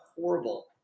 horrible